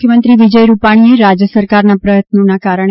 મુખ્યમંત્રી વિજય રૂપાણીએ રાજ્ય સરકારના પ્રયત્નોના કારણે